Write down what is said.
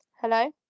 Hello